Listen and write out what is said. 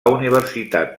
universitat